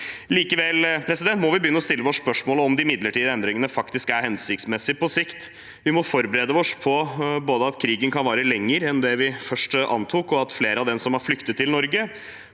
Likevel må vi begynne å stille oss spørsmålet om de midlertidige endringene faktisk er hensiktsmessige på sikt. Vi må forberede oss både på at krigen kan vare lenger enn det vi først antok, og at flere av de som har flyktet til Norge,